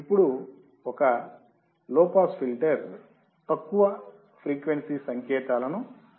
ఇప్పుడు ఒక pass filter తక్కువ ఫ్రీక్వెన్సీ సంకేతాలను సులభంగా అనుమతిస్తుంది